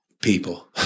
People